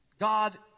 God